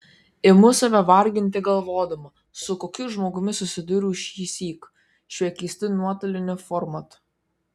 imu save varginti galvodama su kokiu žmogumi susidūriau šįsyk šiuo keistu nuotoliniu formatu